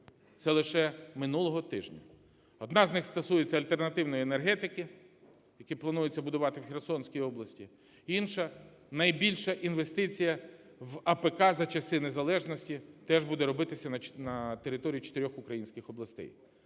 Це лише минулого тижня. Одна з них стосується альтернативної енергетики, яку планується будувати в Херсонській області. Інша найбільша інвестиція в АПК за часів незалежності теж буде робитися на території чотирьох українських областей.